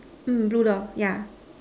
mm blue door yeah